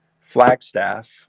Flagstaff